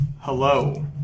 Hello